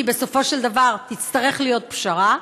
כי בסופו של דבר תצטרך להיות פשרה,